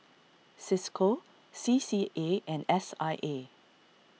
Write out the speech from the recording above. Cisco C C A and S I A